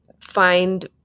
find